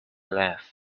left